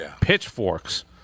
pitchforks